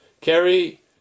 Kerry